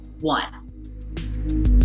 one